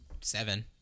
Seven